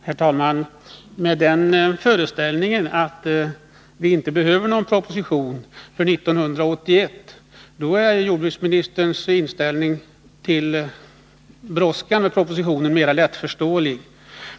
Herr talman! Med den föreställningen att vi inte behöver någon proposition för 1981 är jordbruksministerns inställning till brådska med propositionen mera lättförståelig.